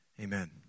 Amen